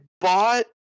bought